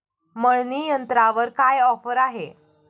मळणी यंत्रावर काय ऑफर आहे?